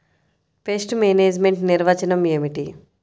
Pest management నిర్వచనం ఏమిటి?